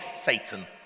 Satan